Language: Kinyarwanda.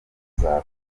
uzaba